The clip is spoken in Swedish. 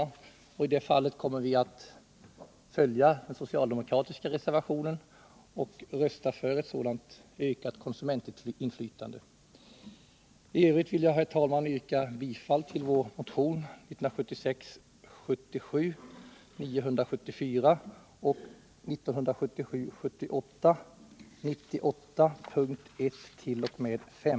I det fallet kommer vi att följa den socialdemokratiska reservationen och rösta för ett ökat konsumentinflytande. Herr talman! Jag yrkar bifall till motionerna 1976 78:98 punkterna I t.o.m. 5.